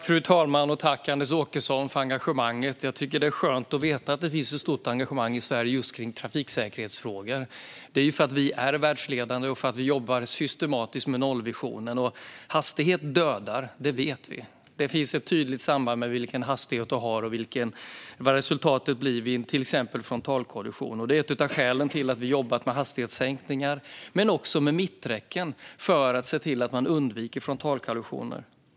Fru talman! Tack, Anders Åkesson, för engagemanget! Det är skönt att veta att det finns ett stort engagemang i Sverige för trafiksäkerhetsfrågor. Vi är världsledande och jobbar systematiskt med nollvisionen. Hastighet dödar. Det vet vi. Det finns ett tydligt samband mellan den hastighet man håller och resultatet vid en frontalkollision. Det är ett av skälen till att vi jobbar med hastighetssänkningar men också med mitträcken, för att se till att man undviker frontalkollisioner.